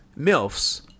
milfs